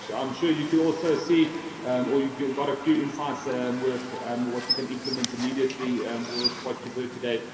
so i'm sure you can also see or you got a few insights with um what you can implement immediately and with with what you've heard today,